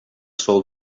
sol